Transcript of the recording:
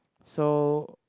so